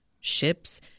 ships